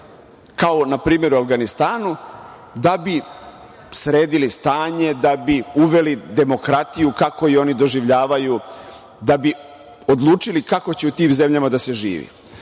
kao, na primer, u Avganistanu, da bi sredili stanje, da bi uveli demokratiju kako je oni doživljavaju, da bi odlučili kako će u tim zemljama da se živi?